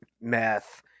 meth